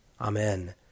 Amen